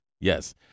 Yes